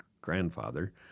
grandfather